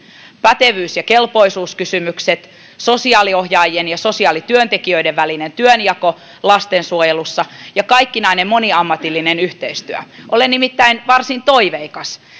pätevyys ja kelpoisuuskysymykset sosiaaliohjaajien ja sosiaalityöntekijöiden välinen työnjako lastensuojelussa ja kaikkinainen moniammatillinen yhteistyö olen nimittäin varsin toiveikas